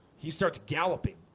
he starts galloping